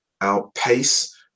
Outpace